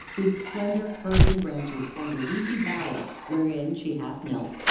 whose slender, curving branches formed a leafy bower wherein she half knelt,